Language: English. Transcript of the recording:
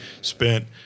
spent